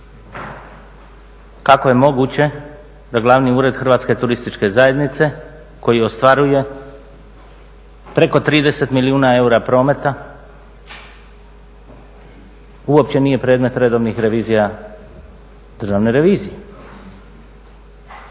Kako je moguće da glavni ured Hrvatske turističke zajednice koji ostvaruje preko 30 milijuna eura prometa uopće nije predmet redovnih revizija Državne revizije.